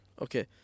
Okay